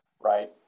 right